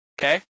Okay